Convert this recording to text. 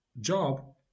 job